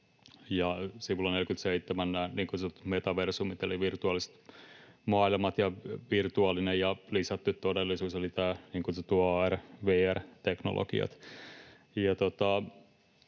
kutsutut metaversumit eli virtuaaliset maailmat ja virtuaalinen ja lisätty todellisuus eli niin